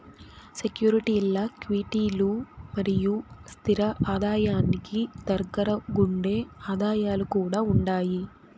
సెక్యూరీల్ల క్విటీలు మరియు స్తిర ఆదాయానికి దగ్గరగుండే ఆదాయాలు కూడా ఉండాయి